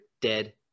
dead